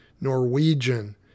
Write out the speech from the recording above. Norwegian